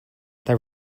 they